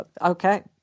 okay